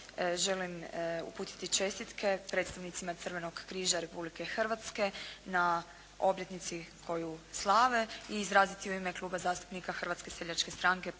želim uputiti čestitke predstavnicima Crvenog križa Republike Hrvatske na obljetnici koju slave i izraziti u ime Kluba zastupnika Hrvatske seljačke stranke